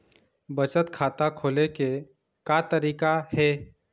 बचत खाता खोले के का तरीका हे?